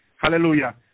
hallelujah